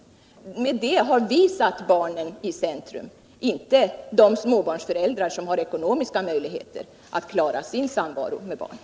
Med det har vi satt barnen i centrum, inte de småbarnsföräldrar som har ckonomiska möjligheter att klara sin samvaro med barnen.